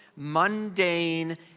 mundane